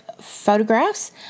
photographs